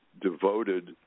devoted